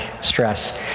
stress